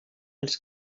als